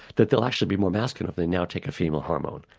that they'll actually be more masculine if they now take a female hormone.